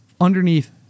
underneath